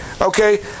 Okay